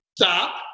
Stop